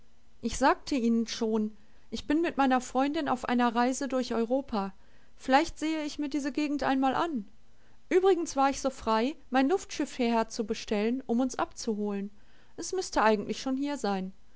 ich sagte ihnen schon ich bin mit meiner freundin auf einer reise durch europa vielleicht sehe ich mir diese gegend einmal an übrigens war ich so frei mein luftschiff hierher zu bestellen um uns abzuholen es müßte eigentlich schon hier sein